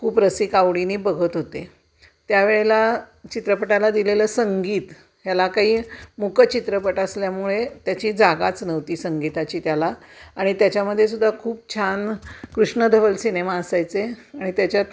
खूप रसिक आवडीने बघत होते त्यावेळेला चित्रपटाला दिलेलं संगीत ह्याला काही मूक चित्रपट असल्यामुळे त्याची जागाच नव्हती संगीताची त्याला आणि त्याच्यामध्ये सुुद्धा खूप छान कृष्णधवल सिनेमा असायचे आणि त्याच्यात